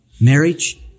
marriage